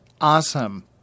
Awesome